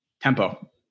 tempo